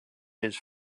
his